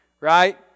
right